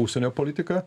užsienio politiką